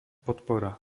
podpora